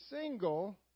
single